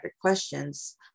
questions